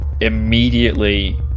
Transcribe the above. immediately